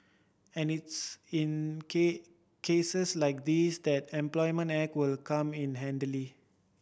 and it's in cases like these that Employment Act will come in